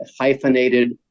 hyphenated